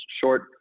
short